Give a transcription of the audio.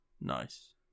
Nice